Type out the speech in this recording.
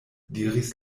diris